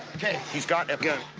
ok. he's got a gun.